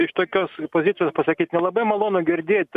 iš tokios pozicijos pasakyt nelabai malonu girdėt